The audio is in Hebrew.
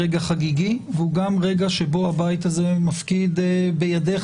רגע חגיגי והוא גם רגע שבו הבית הזה מפקיד בידייך,